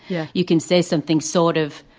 yeah, you can say some things. sort of.